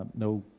um no